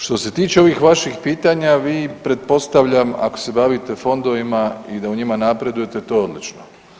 Što se tiče ovih vaših pitanja vi pretpostavljam ako se bavite fondovima i da u njima napredujete, to je odlično.